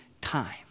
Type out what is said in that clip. time